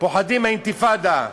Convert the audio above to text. פוחדים מאינתיפאדה.